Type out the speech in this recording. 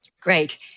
Great